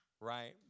Right